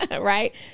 Right